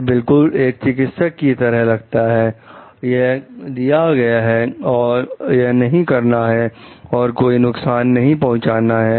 यह बिल्कुल एक चिकित्सक की तरह लगता है यह दिया गया है और यह नहीं करना है और कोई नुकसान नहीं पहुंचाना है